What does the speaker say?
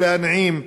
או להנעים,